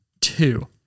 two